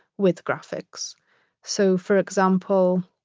with graphics so for example,